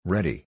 Ready